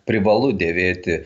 privalu dėvėti